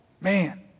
Man